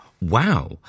Wow